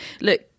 look